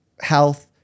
health